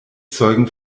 zeugen